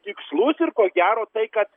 tikslus ir ko gero tai kad